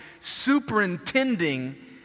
superintending